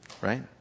right